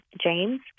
James